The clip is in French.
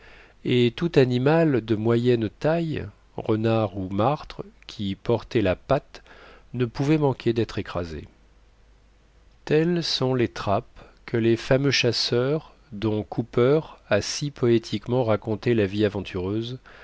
et tout animal de moyenne taille renard ou martre qui y portait la patte ne pouvait manquer d'être écrasé telles sont les trappes que les fameux chasseurs dont cooper a si poétiquement raconté la vie aventureuse